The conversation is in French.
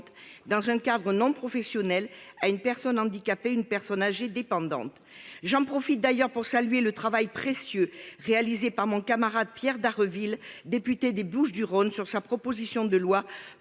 dans un cadre non professionnel, à une personne handicapée ou à une personne âgée dépendante. J'en profite pour saluer le travail précieux réalisé par mon camarade Pierre Dharréville, député des Bouches-du-Rhône, pour sa proposition de loi